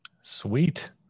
Sweet